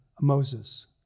Moses